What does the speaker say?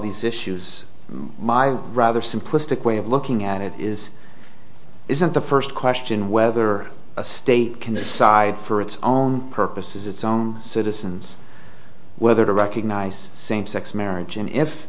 these issues my rather simplistic way of looking at it is isn't the first question whether a state can decide for its own purposes its own citizens whether to recognize same sex marriage